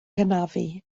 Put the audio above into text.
hanafu